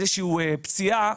נפצע,